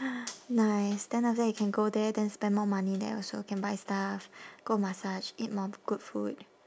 ah nice then after that you can go there then spend more money there also can buy stuff go massage eat more good food